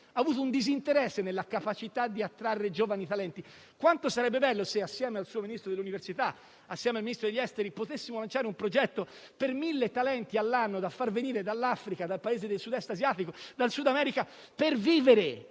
avuto un disinteresse nella capacità di attrarre giovani talenti. Quanto sarebbe bello se, assieme al Ministro dell'università e al Ministro degli esteri, potessimo lanciare un progetto per mille talenti all'anno da far venire dall'Africa, dai Paesi del Sud-Est asiatico e dal Sud America, per vivere,